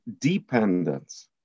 dependence